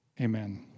Amen